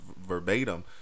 verbatim